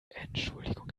entschuldigung